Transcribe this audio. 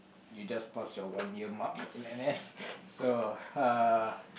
you just passed your one year mark in n_s so uh